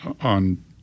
on